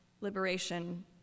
liberation